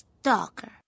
Stalker